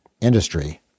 industry